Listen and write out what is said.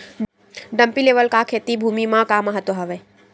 Dumpy level का खेती भुमि म का महत्व हावे?